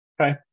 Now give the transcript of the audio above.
Okay